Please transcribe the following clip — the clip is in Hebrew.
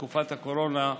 בתקופת הקורונה,